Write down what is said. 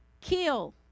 kill